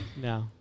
No